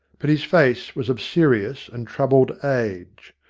but his face was of serious and troubled age.